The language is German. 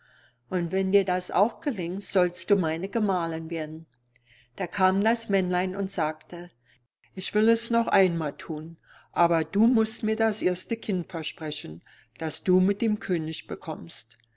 und wenn dir das auch gelingt sollst du meine gemahlin werden da kam das männlein und sagte ich will es noch einmal thun aber du mußt mir das erste kind versprechen das du mit dem könig bekommst